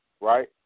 right